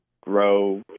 grow